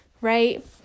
right